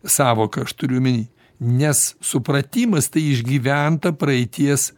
sąvoką aš turiu omeny nes supratimas tai išgyventa praeities